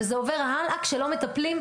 וזה עובר הלאה כשלא מטפלים,